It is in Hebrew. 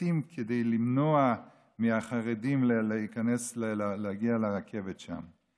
הפסים כדי למנוע מהחרדים להגיע לרכבת שם.